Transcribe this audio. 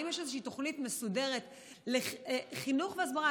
האם יש איזושהי תוכנית מסודרת לחינוך והסברה?